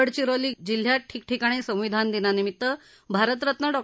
गडचिरोली जिल्ह्यात ठिकठिकाणी संविधान दिनानिमित्त भारतरत्न डॉ